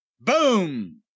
Boom